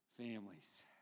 families